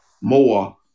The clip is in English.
more